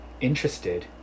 interested